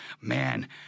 Man